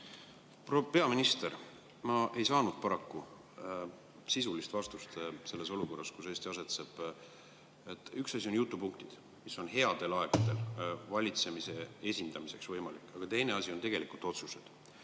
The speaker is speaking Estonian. peaminister! Ma ei saanud paraku sisulist vastust selles olukorras, kus Eesti asetseb. Üks asi on jutupunktid, mis on headel aegadel valitsemise esindamiseks võimalikud, aga teine asi on tegelikud otsused.